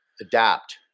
adapt